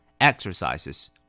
Exercises